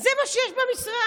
זה מה שיש במשרד.